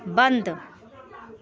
बंद